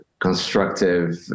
constructive